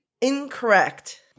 Incorrect